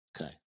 Okay